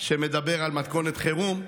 שמדבר על מתכונת חירום,